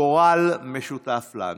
גורל משותף לנו,